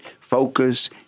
focus